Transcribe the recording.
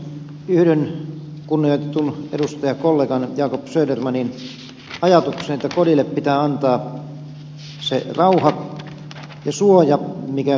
yhdyn kunnioitetun edustajakollega jacob södermanin ajatukseen että kodille pitää antaa se rauha ja suoja mikä kodille kuuluu